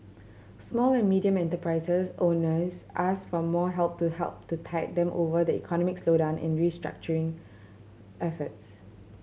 small and medium enterprise owners asked for more help to help to tide them over the economic slowdown and restructuring efforts